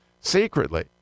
secretly